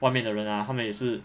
外面的人啦他们也是